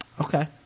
Okay